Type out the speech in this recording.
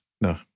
No